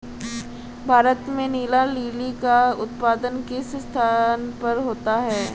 भारत में नीला लिली का उत्पादन किस स्थान पर होता है?